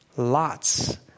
Lots